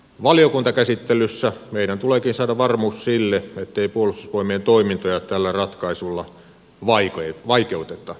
valiokuntakäsittelyssä meidän tuleekin saada varmuus sille ettei puolustusvoimien toimintoja tällä ratkaisulla vaikeuteta